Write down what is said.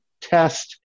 test